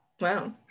Wow